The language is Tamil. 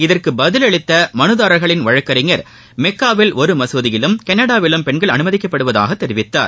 இதற்கு பதில் அளித்த மனுதாரர்களின் வழக்கறிஞர் மெக்னவில் ஒரு மஞ்தியிலும் கனடாவிலும் பெண்கள் அனுமதிக்கப்படுவதாக தெரிவித்தார்